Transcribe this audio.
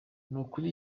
nukuri